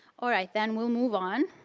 all right then we'll move on.